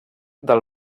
del